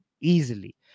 easily